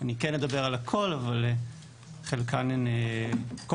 אני אדבר על הכול אבל אני חושב שכל